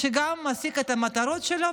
שגם משיג את המטרות שלו,